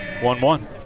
One-one